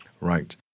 Right